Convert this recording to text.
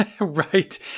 Right